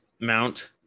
mount